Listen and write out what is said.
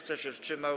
Kto się wstrzymał?